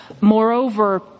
Moreover